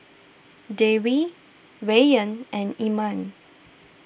Dewi Rayyan and Iman